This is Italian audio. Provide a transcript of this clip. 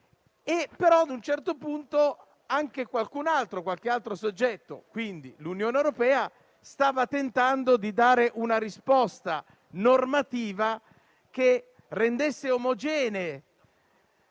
ma a un certo punto anche qualche altro soggetto, l'Unione europea, stava tentando di dare una risposta normativa che rendesse omogenei